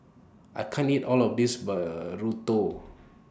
I can't eat All of This Burrito